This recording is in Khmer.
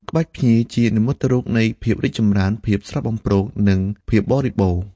ក្បាច់ភ្ញី ជានិមិត្តរូបនៃភាពរីកចម្រើន ភាពស្រស់បំព្រង និងភាពបរិបូរណ៍។